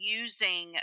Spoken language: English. using